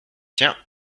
tiens